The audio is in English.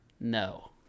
No